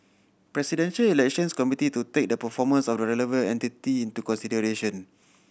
Presidential Elections Committee to take the performance of the relevant entity into consideration